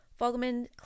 Fogelman